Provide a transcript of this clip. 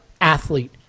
athlete